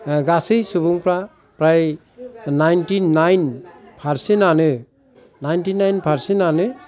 गासै सुबुंफ्रा फ्राय नाइनटि नाइन फारचेटआनो नाइनटि नाइन फारचेटआनो